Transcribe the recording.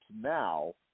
now